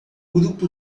grupo